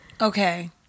Okay